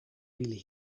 really